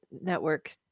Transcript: network